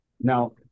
now